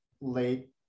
late